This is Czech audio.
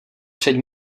před